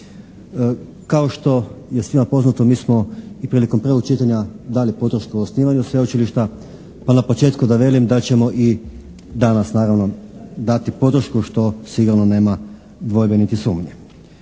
Kao što je svima poznato, mi smo i prilikom prvog čitanja dali podršku osnivanju sveučilišta pa na početku da velim da ćemo i danas naravno dati podršku što sigurno nema dvojbe niti sumnje.